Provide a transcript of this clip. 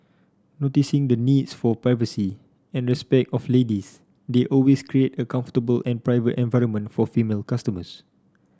noticing the needs for privacy and respect of ladies they always create a comfortable and private environment for female customers